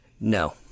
no